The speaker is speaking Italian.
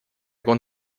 con